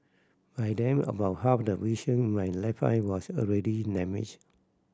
by then about half of the vision in my left eye was already damaged